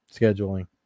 scheduling